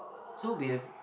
so we've